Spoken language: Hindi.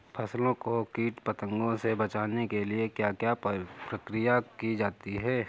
फसलों को कीट पतंगों से बचाने के लिए क्या क्या प्रकिर्या की जाती है?